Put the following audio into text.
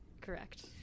correct